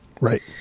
Right